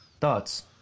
Thoughts